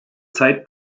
zeit